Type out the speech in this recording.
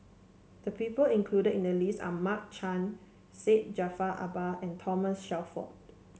the people included in the list are Mark Chan Syed Jaafar Albar and Thomas Shelford